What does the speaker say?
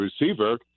receiver –